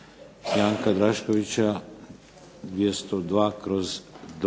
"Janka Draškovića" 202/2.